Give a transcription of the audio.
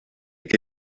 que